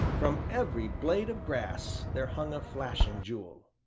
from every blade of grass, there hung a flashing jewel.